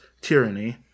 tyranny